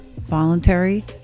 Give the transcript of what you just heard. voluntary